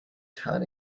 turn